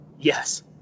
Yes